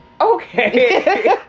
Okay